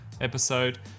episode